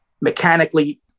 mechanically